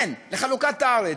כן, לחלוקת הארץ.